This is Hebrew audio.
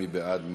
מי בעד?